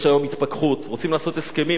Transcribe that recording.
יש היום התפכחות, רוצים לעשות הסכמים.